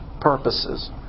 purposes